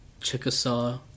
Chickasaw